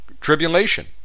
tribulation